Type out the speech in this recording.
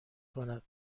کند